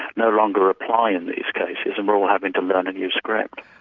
no longer apply in these cases, and we're all having to learn a new script.